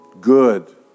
Good